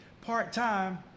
part-time